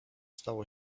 stało